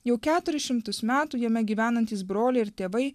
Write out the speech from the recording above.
jau keturis šimtus metų jame gyvenantys broliai ir tėvai